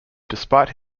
despite